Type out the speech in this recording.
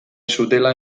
zutela